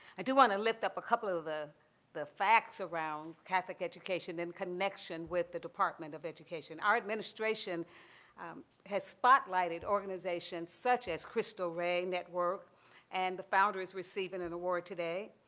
i do want to lift up a couple of of the the facts around catholic education in connection with the department of education. our administration has spotlighted organizations such as christo rey network and the founder is receiving an award today.